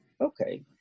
okay